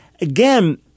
again